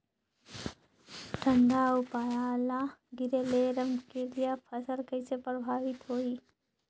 ठंडा अउ पाला गिरे ले रमकलिया फसल कइसे प्रभावित होही?